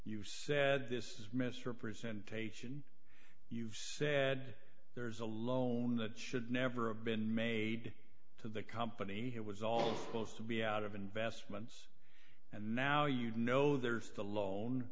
you said this is misrepresentation you've said there's a loan that should never have been made to the company it was all supposed to be out of investments and now you know there's the loan